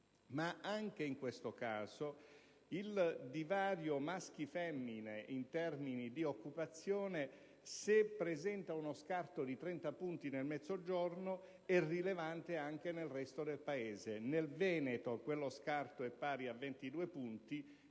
Ma, anche in questo caso, il divario maschi‑femmine in termini di occupazione, se presenta uno scarto di 30 punti nel Mezzogiorno, è rilevante anche nel resto del Paese. Nel Veneto quello scarto è pari a 22 punti,